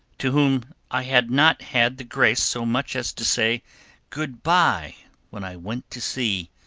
to whom i had not had the grace so much as to say good bye when i went to sea,